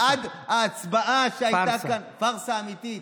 פארסה אמיתית.